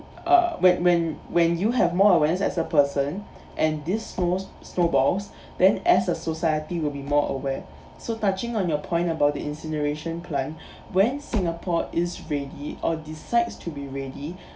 ugh when when when you have more awareness as a person and this small small problems then as a society will be more aware so touching on your point about the incineration plant when singapore is ready or decides to be ready